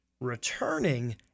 returning